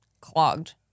clogged